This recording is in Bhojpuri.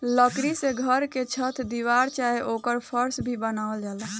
लकड़ी से घर के छत दीवार चाहे ओकर फर्स भी बनावल जाला